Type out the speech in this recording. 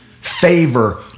favor